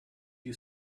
you